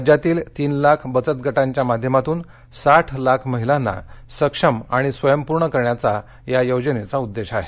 राज्यातील तीन लाख बचतगटांच्या माध्यमातून साठ लाख महिलांना सक्षम आणि स्वयंपूर्ण करण्याचा या योजनेचा उद्देश आहे